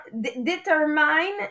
determine